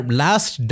last